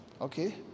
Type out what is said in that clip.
okay